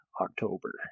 October